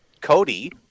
Cody